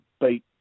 beat